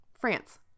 France